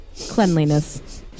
Cleanliness